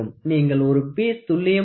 நீங்கள் ஒரு பீஸ் துல்லியமான 1